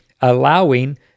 allowing